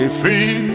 free